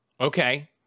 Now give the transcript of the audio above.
Okay